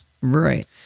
Right